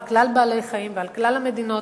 על כלל בעלי-החיים ועל כלל המדינות,